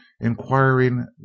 inquiring